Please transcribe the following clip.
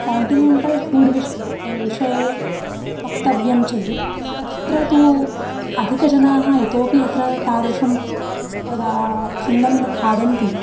continental food विष् विषये वक्तव्यं चेत् तत्र तु अधिकजनाः इतोऽपि अत्र तादृशं पदार्थम् अन्नं न खादन्ति